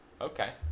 Okay